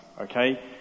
okay